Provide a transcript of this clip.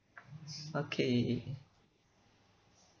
okay